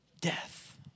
death